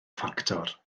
ffactor